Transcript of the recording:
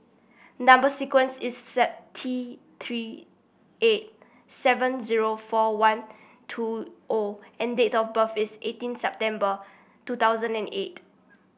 number sequence is T Three eight seven zero four one two O and date of birth is eighteen September two thousand and eight